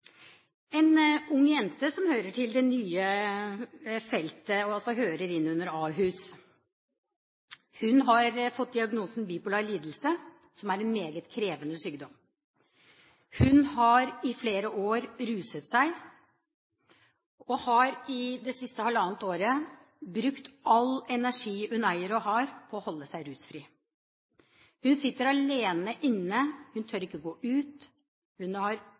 En ung jente som hører til det nye feltet, altså hører inn under Ahus, har fått diagnosen bipolar lidelse, som er en meget krevende sykdom. Hun har i flere år ruset seg og har i det siste halvannet år brukt all den energi hun eier og har, på å holde seg rusfri. Hun sitter alene inne, hun tør ikke gå ut, og hun sliter med angst og ensomhet. Hun har